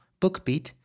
BookBeat